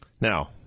Now